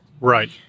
Right